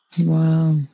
Wow